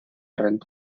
renta